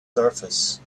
surface